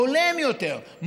הולם יותר,